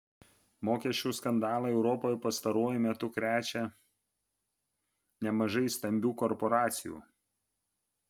mokesčių skandalai europoje pastaruoju metu krečia nemažai stambių korporacijų